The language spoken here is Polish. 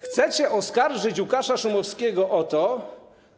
Chcecie oskarżyć Łukasza Szumowskiego o to,